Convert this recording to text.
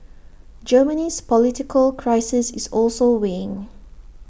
Germany's political crisis is also weighing